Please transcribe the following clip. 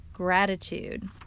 Gratitude